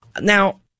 Now